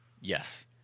Yes